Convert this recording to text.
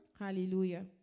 hallelujah